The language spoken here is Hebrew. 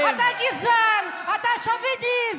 אתה גזען, אתה שוביניסט.